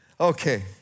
Okay